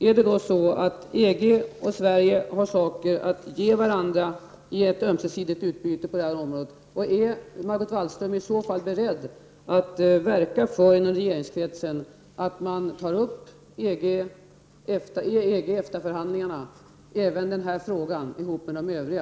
Är det så att EG och Sverige har saker att ge varandra i ett ömsesidigt utbyte på detta område? Är Margot Wallström i så fall beredd att verka inom regeringskretsen för att man tar upp EG-EFTA-förhandlingarna även i denna fråga ihop med de övriga?